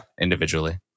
individually